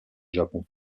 japon